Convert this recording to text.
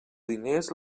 diners